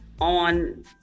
on